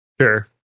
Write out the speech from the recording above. Sure